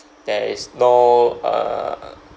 there is no err